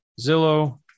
Zillow